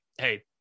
Hey